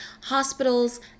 hospitals